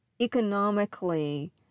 economically